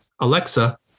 Alexa